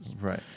Right